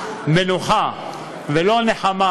מנוחה,